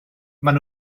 maen